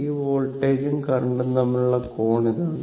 ഈ വോൾട്ടേജും കറന്റും തമ്മിലുള്ള കോൺ ഇതാണ്